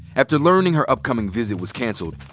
after learning her upcoming visit was cancelled,